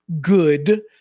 good